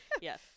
Yes